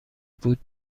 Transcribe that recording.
بود